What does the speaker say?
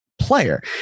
player